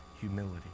humility